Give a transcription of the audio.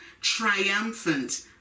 triumphant